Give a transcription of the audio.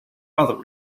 other